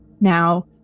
Now